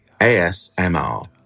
ASMR